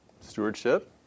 Stewardship